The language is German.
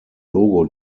logo